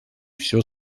все